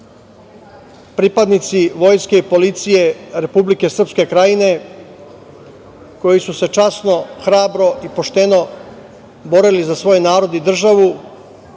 pripadnici vojske i policije Republike Srpske Krajine, koji su se časno, hrabro i pošteno borili za svoj narod i državu,